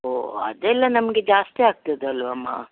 ಹೊ ಅದೆಲ್ಲ ನಮಗೆ ಜಾಸ್ತಿ ಆಗ್ತದಲ್ಲವಮ್ಮ